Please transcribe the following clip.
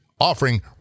offering